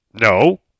No